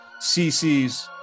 CCs